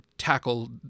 Tackle